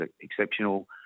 exceptional